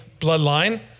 bloodline